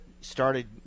started –